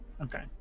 Okay